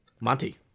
Monty